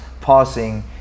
passing